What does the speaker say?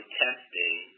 testing